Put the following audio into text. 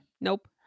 Nope